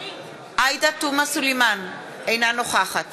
אינה נוכחת